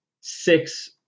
six